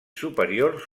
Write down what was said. superior